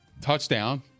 touchdown